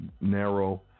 narrow